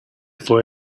fue